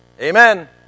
Amen